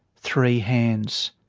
three hands.